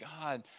god